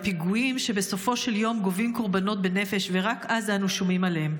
הפיגועים שבסופו של יום גובים קורבנות בנפש ורק אז אנו שומעים עליהם.